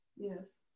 Yes